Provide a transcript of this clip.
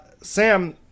Sam